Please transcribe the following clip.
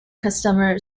customer